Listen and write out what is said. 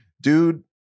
dude